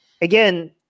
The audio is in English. again